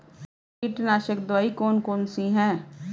कीटनाशक दवाई कौन कौन सी हैं?